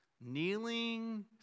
kneeling